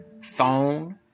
phone